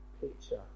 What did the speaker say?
picture